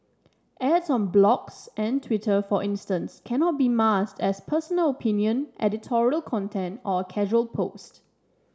ads on blogs and Twitter for instance cannot be masked as personal opinion editorial content or a casual post